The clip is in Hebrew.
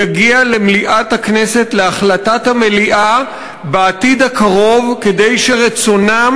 יגיע להחלטת מליאת הכנסת בעתיד הקרוב כדי שרצונם